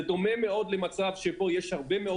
זה דומה מאוד למצב שבו יש הרבה מאוד